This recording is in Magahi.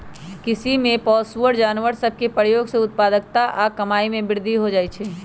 कृषि में पोअउऔ जानवर सभ के प्रयोग से उत्पादकता आऽ कमाइ में वृद्धि हो जाइ छइ